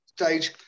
stage